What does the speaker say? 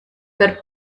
per